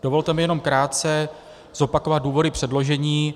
Dovolte mi jenom krátce zopakovat důvody předložení.